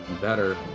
better